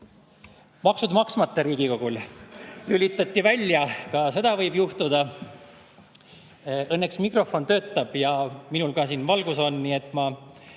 Maksud maksmata Riigikogul? Lülitati elekter välja. Ka seda võib juhtuda. Õnneks mikrofon töötab ja minul siin valgus on, nii et ma